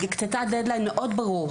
--- דד-ליין מאוד ברור,